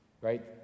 right